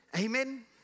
Amen